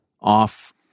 off